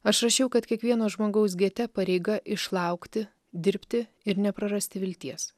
aš rašiau kad kiekvieno žmogaus gete pareiga išlaukti dirbti ir neprarasti vilties